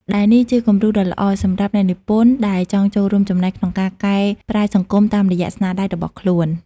ដែលនេះជាគំរូដ៏ល្អសម្រាប់អ្នកនិពន្ធដែលចង់ចូលរួមចំណែកក្នុងការកែប្រែសង្គមតាមរយៈស្នាដៃរបស់ខ្លួន។